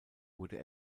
wurde